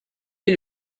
est